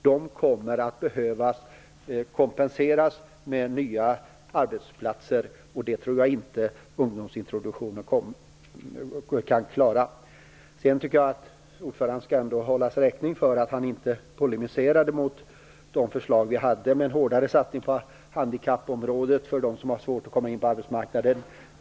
De kommer att behöva kompenseras med nya arbetsplatser, och det tror jag inte att ungdomsintroduktionen kan klara. Ordföranden skall ändå hållas räkning för att han inte polemiserade mot våra förslag om en hårdare satsning på handikappområdet för dem som har svårt att komma in på arbetsmarknaden.